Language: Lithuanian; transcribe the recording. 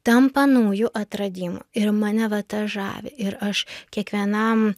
tampa nauju atradimu ir mane va tas žavi ir aš kiekvienam